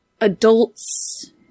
adults